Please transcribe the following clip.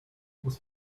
muss